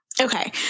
Okay